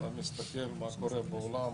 אתה מסתכל מה קורה בעולם,